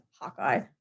Hawkeye